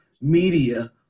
media